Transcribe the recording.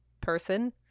person